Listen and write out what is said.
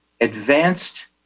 advanced